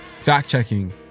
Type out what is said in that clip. Fact-checking